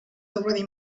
already